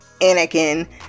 Anakin